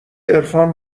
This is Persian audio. عرفان